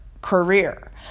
career